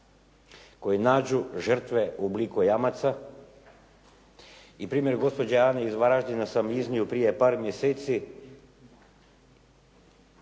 koji nađu žrtve u obliku jamaca. I primjer gospođe Ane iz Varaždina sam iznio prije par mjeseci.